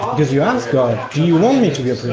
because you asked god, do you want me to become